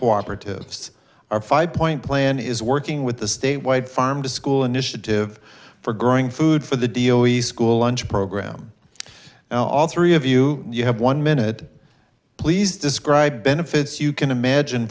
cooperatives our five point plan is working with the state wide farm to school initiative for growing food for the dio we school lunch program all three of you you have one minute please describe benefits you can imagine